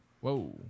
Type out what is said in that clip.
Whoa